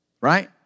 right